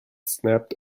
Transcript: snapped